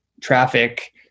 traffic